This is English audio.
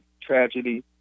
tragedy